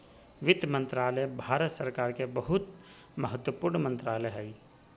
वित्त मंत्रालय भारत सरकार के महत्वपूर्ण मंत्रालय हइ